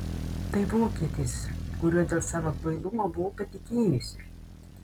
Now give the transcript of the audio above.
tai vokietis kuriuo dėl savo kvailumo buvau patikėjusi